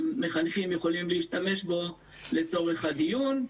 ומחנכים יכולים להשתמש בו לצורך הדיון.